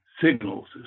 signals